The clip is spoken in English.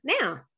now